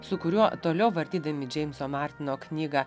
su kuriuo toliau vartydami džeimso martino knygą